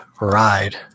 ride